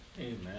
Amen